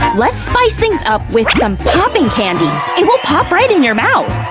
but let's spice things up with some popping candy! it will pop right in your mouth!